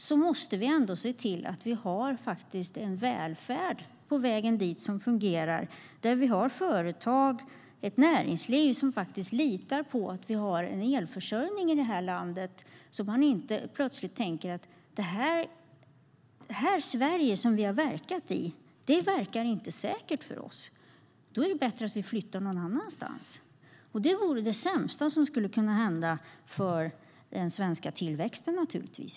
Då måste man se till att vi har en välfärd som fungerar och där det finns företag och ett näringsliv som litar på att det finns en elförsörjning i det här landet. Man ska inte behöva tänka att det här Sverige som man har verkat i verkar inte säkert för våra företag. Då kanske de tycker att det är bättre att flytta någon annanstans. Det vore det sämsta som skulle kunna hända för den svenska tillväxten.